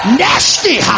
nasty